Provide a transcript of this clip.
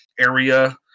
area